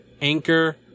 Anchor